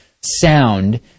sound